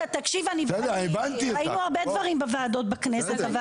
לא, תקשיב, ראינו הרבה דברים בוועדות בכנסת.